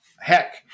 heck